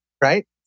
right